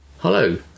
Hello